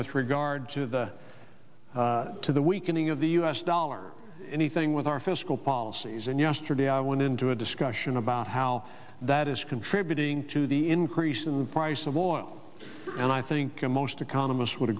with regard to the to the weakening of the u s dollar anything with our fiscal policies and yesterday i went into a discussion about how that is contributing to the increase in the price of oil and i think most economists would